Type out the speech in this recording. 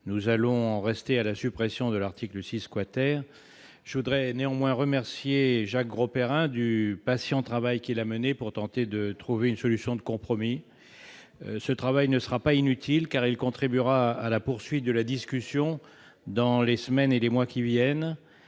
nous allons en rester à la suppression de l'article 6 Je remercie néanmoins Jacques Grosperrin du patient travail qu'il a mené pour tenter de trouver une solution de compromis. Ce travail ne sera pas inutile, car il contribuera à la poursuite du débat dans les semaines et les mois qui viennent.